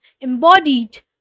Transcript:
embodied